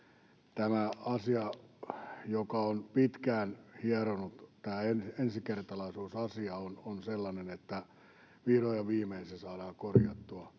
tämä ensikertalaisuusasia, joka on pitkään hiertänyt, vihdoin ja viimein saadaan korjattua.